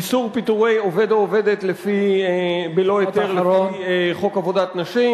איסור פיטורי עובד או עובדת בלא היתר על-פי חוק עבודת נשים